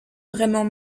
vraiment